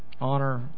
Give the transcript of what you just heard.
honor